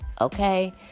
Okay